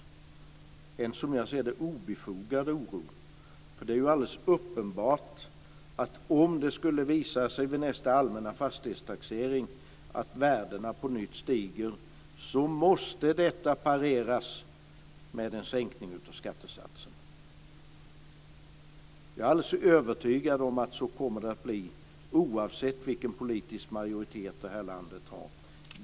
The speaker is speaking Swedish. Det är som jag ser det en obefogad oro, för det är ju alldeles uppenbart att om det skulle visa sig vid nästa allmänna fastighetstaxering att värdena på nytt stiger måste detta pareras med en sänkning av skattesatsen. Jag är alldeles övertygad om att det kommer att bli så oavsett vilken politisk majoritet det här landet har.